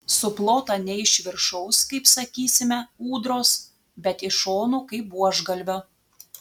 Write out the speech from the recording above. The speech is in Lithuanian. suplota ne iš viršaus kaip sakysime ūdros bet iš šonų kaip buožgalvio